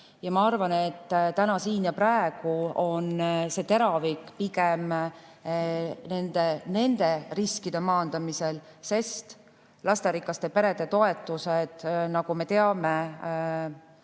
Ma arvan, et siin ja praegu on teravik pigem nende riskide maandamisel. Lasterikaste perede toetused, nagu me teame,